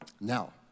Now